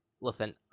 listen